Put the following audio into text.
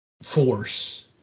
force